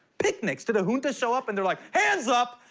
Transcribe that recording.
picnics. do the juntas show up and they're like, hands up,